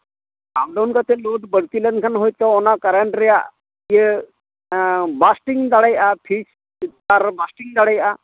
ᱟᱯ down ᱠᱟᱛᱮᱫ load ᱵᱟᱹᱲᱛᱤ ᱞᱮᱱᱠᱷᱟᱱ ᱦᱳᱭᱛᱳ ᱚᱱᱟ ᱠᱟᱨᱮᱱᱴ ᱨᱮᱭᱟᱜ ᱤᱭᱟᱹ ᱵᱟᱥᱴᱤᱝ ᱫᱟᱲᱮᱭᱟᱜᱼᱟ ᱯᱷᱤᱭᱩᱡᱽ ᱪᱮᱛᱟᱱ ᱨᱚᱦᱚᱸ ᱵᱟᱥᱴᱤᱝ ᱫᱟᱲᱮᱭᱟᱜᱼᱟ